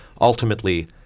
ultimately